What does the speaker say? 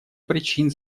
причин